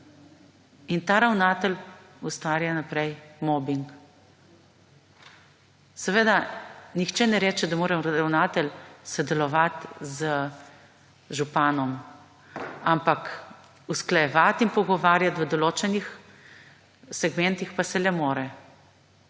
In ta ravnatelj ustvarja naprej mobing. Seveda nihče ne reče, da mora ravnatelj sodelovati z županom, ampak usklajevati in pogovarjati v določenih segmentih pa se le mora.